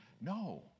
No